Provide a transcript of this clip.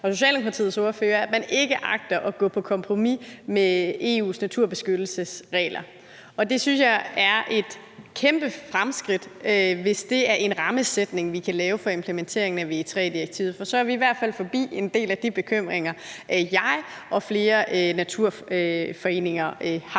og Socialdemokratiets ordfører, at man ikke agter at gå på kompromis med EU's naturbeskyttelsesregler. Det synes jeg er et kæmpe fremskridt, hvis det er en rammesætning, vi kan lave for implementeringen af VEIII-direktivet, for så er vi i hvert fald forbi en del af de bekymringer, jeg og flere naturforeninger har